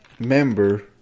member